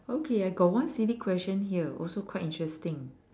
okay I got one silly question here also quite interesting